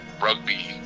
rugby